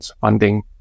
funding